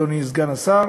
אדוני סגן השר,